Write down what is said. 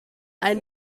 ein